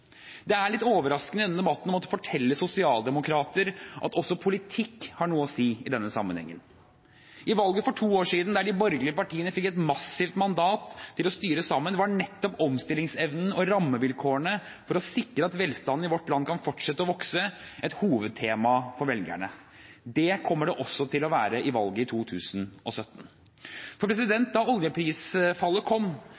Det er litt overraskende i denne debatten å måtte fortelle sosialdemokrater at også politikk har noe å si i denne sammenhengen. I valget for to år siden, der de borgerlige partiene fikk et massivt mandat til å styre sammen, var nettopp omstillingsevnen og rammevilkårene for å sikre at velstanden i vårt land kan fortsette å vokse, et hovedtema for velgerne. Det kommer det også til å være i valget i 2017. Da oljeprisfallet kom,